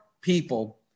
people